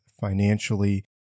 financially